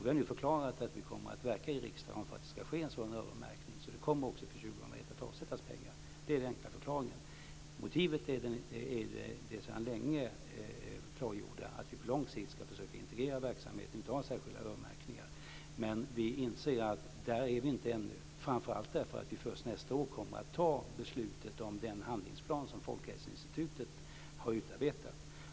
Vi har nu förklarat att vi kommer att verka i riksdagen för att det ska ske en sådan öronmärkning och att det också för 2001 kommer att avsätts pengar. Det är den enkla förklaringen. Motivet är det som sedan länge är klargjort, att vi på lång sikt ska försöka integrera verksamheten och inte ha särskilda öronmärkningar. Men vi inser att vi inte är där ännu, framför allt därför att vi först nästa år kommer att ta beslut om den handlingsplan som Folkhälsoinstitutet har utarbetat.